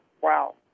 Wow